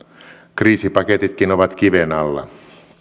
kriisipaketitkin ovat kiven alla